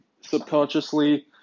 subconsciously